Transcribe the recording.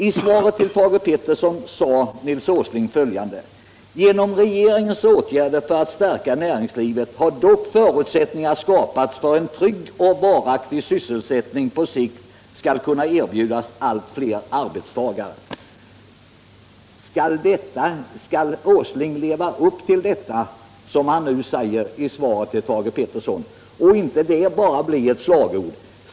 I svaret till Thage Peterson sade Nils Åsling följande: ”Genom regeringens åtgärder för att stärka näringslivet har dock förutsättningar skapats för att trygg och varaktig sysselsättning på sikt skall kunna erbjudas allt fler arbetstagare.” Skall Nils Åsling leva upp till detta som han nu säger i svaret till Thage Peterson, eller blir det bara ett slagord?